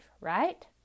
right